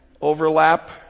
overlap